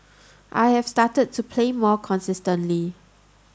I've started to play more consistently